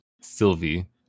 Sylvie